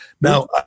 Now